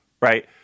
right